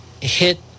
hit